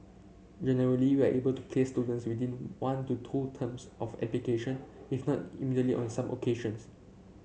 generally we are able to place students within one to two terms of application if not immediately on some occasions